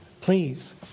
please